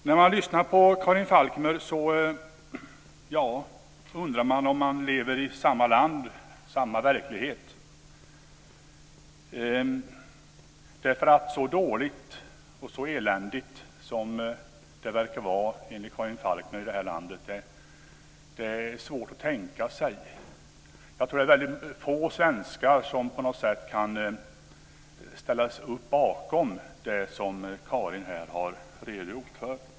När man lyssnar på Karin Falkmer undrar man om man lever i samma land och i samma verklighet, därför att så dåligt och så eländigt som det verkar vara enligt henne i det här landet är svårt att tänka sig. Jag tror att det är väldigt få svenskar som på något sätt kan ställa sig bakom det som hon har redogjort för.